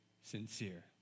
sincere